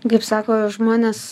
kaip sako žmonės